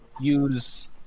use